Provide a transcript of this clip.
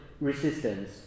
resistance